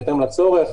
בהתאם לצורך,